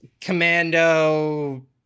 Commando